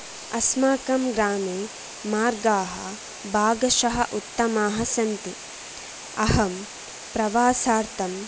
अस्माकं ग्रामे मार्गाः भागशः उत्तमाः सन्ति अहं प्रवासार्थं